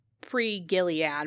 pre-Gilead